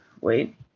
wait